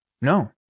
No